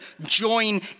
join